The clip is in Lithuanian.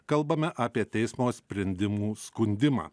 kalbame apie teismo sprendimų skundimą